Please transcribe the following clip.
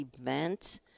event